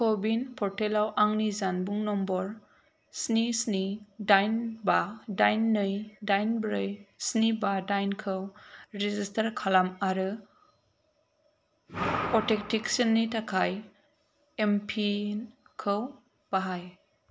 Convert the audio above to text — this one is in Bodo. क'विन पर्टेलाव आंनि जानबुं नम्बर स्नि स्नि दाइन बा दाइन नै दाइन ब्रै स्नि बा दाइन खौ रेजिस्टार खालाम आरो अथेन्टिकेशननि थाखाय एमपिन खौ बाहाय